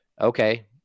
Okay